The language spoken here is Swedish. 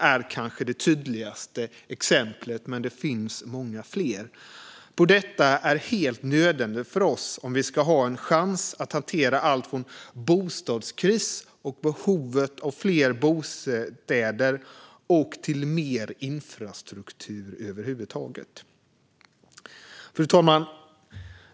Det är kanske det tydligaste exemplet, men det finns många fler. Detta är helt nödvändigt för oss om vi ska ha en chans att hantera allt från bostadskris och behovet av fler bostäder till mer infrastruktur över huvud taget. Fru talman!